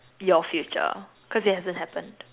your future cause it hasn't happened